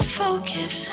focus